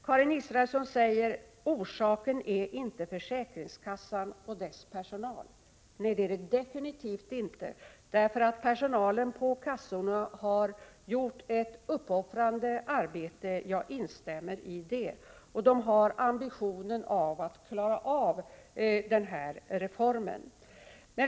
Karin Israelsson säger att orsaken inte är att finna hos försäkringskassan och dess personal. Nej, det är den absolut inte. Jag instämmer i att personalen på kassorna har gjort ett uppoffrande arbete. Den har ambitionen att klara av denna reform.